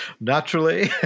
naturally